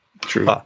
True